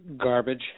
garbage